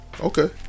Okay